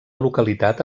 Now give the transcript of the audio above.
localitat